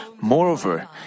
Moreover